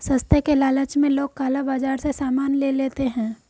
सस्ते के लालच में लोग काला बाजार से सामान ले लेते हैं